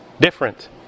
different